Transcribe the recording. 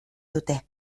dute